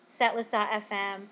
setlist.fm